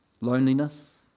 loneliness